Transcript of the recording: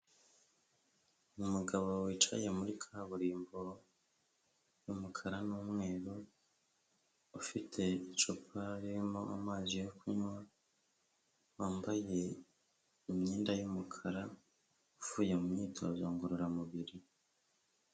Umugabo wicaye muri kaburimbo y'umukara n'umweru, ufite icupa ririmo amazi yo kunywa, wambaye imyenda y'umukara, uvuye mu myitozo ngororamubiri.